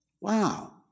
Wow